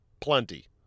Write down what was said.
plenty